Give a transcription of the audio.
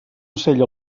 ocell